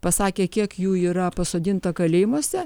pasakė kiek jų yra pasodinta kalėjimuose